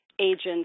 agents